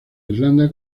irlanda